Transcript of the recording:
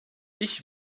ich